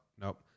Nope